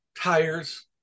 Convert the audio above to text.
tires